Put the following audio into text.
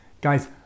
Guys